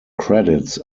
credits